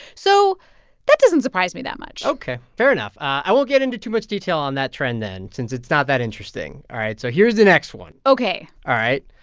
so that doesn't surprise me that much ok, fair enough. i won't get into too much detail on that trend, then, since it's not that interesting. all right. so here's the next one ok all right.